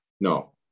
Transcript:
no